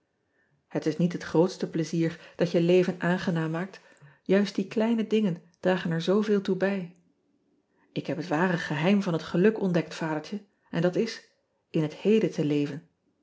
et is niet het groote plezier dat je leven aangenaam maakt juist die kleine dingen dragen er zooveel toe bij k heb het ware geheim van het geluk ontdekt adertje en dat is n het eden te leven